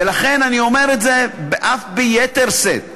ולכן, אני אומר את זה אף ביתר שאת.